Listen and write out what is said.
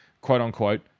quote-unquote